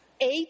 Eight